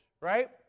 Right